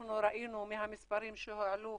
אנחנו ראינו מהמספרים שהועלו,